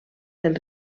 del